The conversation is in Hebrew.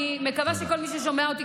אני מקווה שכל מי ששומע אותי,